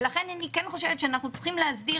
ולכן אני כן חושבת שאנחנו צריכים להסדיר